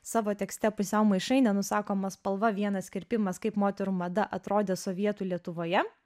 savo tekste pusiau maišai nenusakoma spalva vienas kirpimas kaip moterų mada atrodė sovietų lietuvoje